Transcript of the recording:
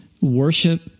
Worship